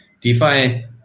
DeFi